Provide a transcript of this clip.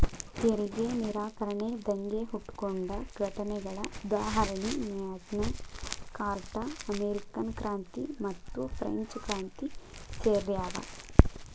ತೆರಿಗೆ ನಿರಾಕರಣೆ ದಂಗೆ ಹುಟ್ಕೊಂಡ ಘಟನೆಗಳ ಉದಾಹರಣಿ ಮ್ಯಾಗ್ನಾ ಕಾರ್ಟಾ ಅಮೇರಿಕನ್ ಕ್ರಾಂತಿ ಮತ್ತುಫ್ರೆಂಚ್ ಕ್ರಾಂತಿ ಸೇರ್ಯಾವ